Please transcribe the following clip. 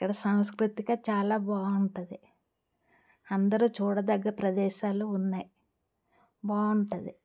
ఎక్కడ సంస్కృతిక చాలా బావుంటది అందరూ చూడదగ్గ ప్రదేశాలు ఉన్నాయి బాగుంటుంది